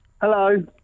Hello